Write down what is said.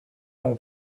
mon